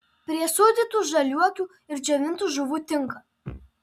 prie sūdytų žaliuokių ir džiovintų žuvų tinka